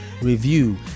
review